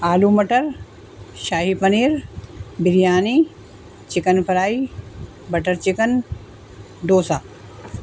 آلو matar shahi paneer biryani chicken fry butter chicken dosa